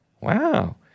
Wow